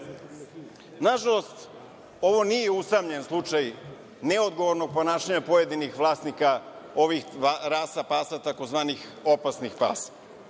škole. Nažalost, ovo nije usamljen slučaj neodgovornog ponašanja pojedinih vlasnika ovih rasa pasa, tzv. opasnih pasa.